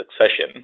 succession